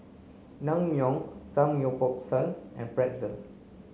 Naengmyeon Samgeyopsal and Pretzel